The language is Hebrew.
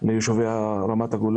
גם ברשויות המקומיות,